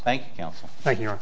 thank you